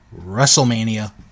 WrestleMania